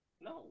No